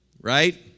right